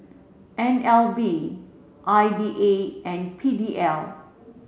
N L B I D A and P D L